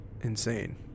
insane